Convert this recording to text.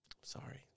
Sorry